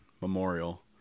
memorial